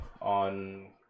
on